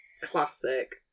Classic